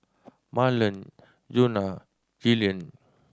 Mahlon Djuna Jillian